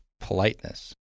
politeness